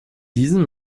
diesen